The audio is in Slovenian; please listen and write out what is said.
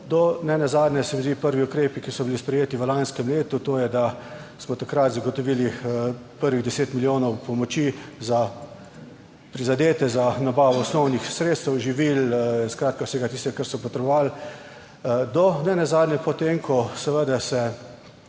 do ne nazadnje se mi zdi, prvi ukrepi, ki so bili sprejeti v lanskem letu, to je, da smo takrat zagotovili prvih deset milijonov pomoči za prizadete, za nabavo osnovnih sredstev, živil, skratka vsega tistega, kar so potrebovali do nenazadnje po tem, ko seveda se